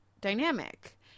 dynamic